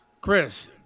Chris